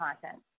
content